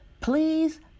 please